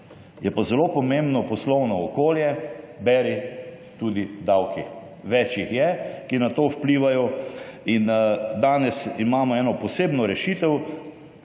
je pa zelo pomembno poslovno okolje, beri: tudi davki. Več jih je, ki na to vplivajo. Danes imamo eno posebno rešitev